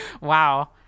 wow